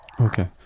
Okay